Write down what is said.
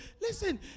Listen